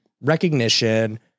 recognition